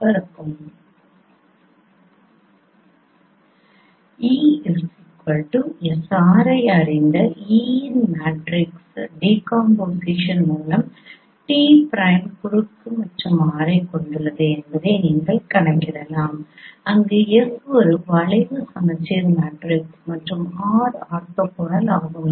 E SR ஐ அறிந்த E இன் மேட்ரிக்ஸ் டீகாம்போசிஷன் மூலம் t பிரைம் குறுக்கு மற்றும் R ஐக் கொண்டுள்ளது என்பதை நீங்கள் கணக்கிடலாம் அங்கு S ஒரு வளைவு சமச்சீர் மேட்ரிக்ஸ் மற்றும் R ஆர்த்தோகனல் ஆகும்